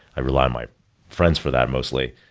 i rely on my friends for that mostly.